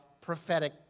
prophetic